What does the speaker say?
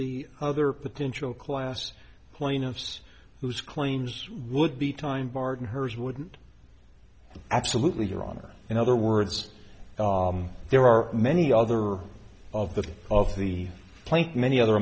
be other potential class plaintiffs whose claims would be time barton hers wouldn't absolutely your honor in other words there are many other of the of the plant many other